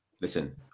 listen